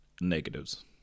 negatives